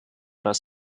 das